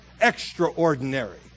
extraordinary